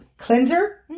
Cleanser